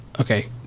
okay